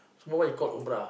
small one called umrah